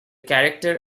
character